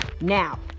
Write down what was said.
Now